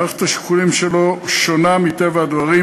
מערכת השיקולים שלו שונה, מטבע הדברים.